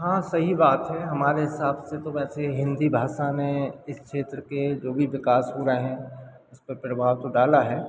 हाँ सही बात है हमारे हिसाब से तो वैसे हिन्दी भाषा ने इस क्षेत्र के जो भी विकास हो रहे हैं इस पर प्रभाव तो डाला है